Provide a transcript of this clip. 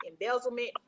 embezzlement